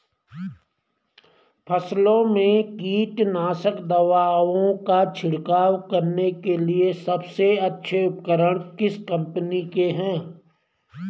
फसलों में कीटनाशक दवाओं का छिड़काव करने के लिए सबसे अच्छे उपकरण किस कंपनी के हैं?